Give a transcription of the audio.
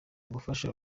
gufasha